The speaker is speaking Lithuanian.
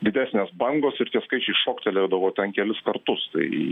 didesnės bangos ir tie skaičiai šoktelėdavo ten kelis kartus tai